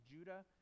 Judah